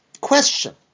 question